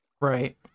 Right